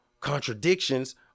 contradictions